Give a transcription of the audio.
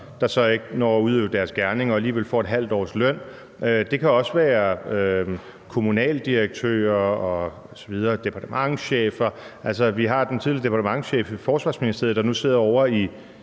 der så ikke når at udøve deres gerning og alligevel får et halvt års løn. Det kan også være kommunaldirektører, departementschefer osv. Vi har den tidligere departementschef i Forsvarsministeriet, der nu sidder ovre i